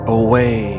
away